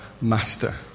master